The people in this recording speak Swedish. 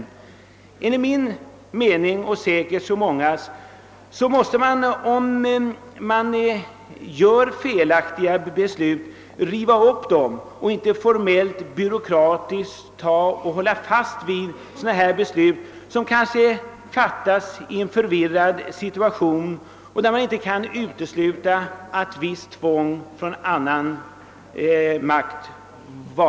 Enligt min och säkerligen även många andras mening måste man, om man fattar felaktiga beslut, riva upp dessa och inte med åberopande av formella byråkratiska skäl hålla fast vid dem. Det avgörande beslutet om baltutlämningen fattades i en förvirrad situation, där det inte kan uteslutas att det fanns ett visst tryck från annan makt.